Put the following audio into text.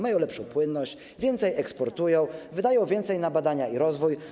Mają one lepszą płynność, więcej eksportują, wydają więcej na badania i rozwój.